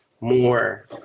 more